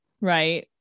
right